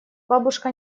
бабушка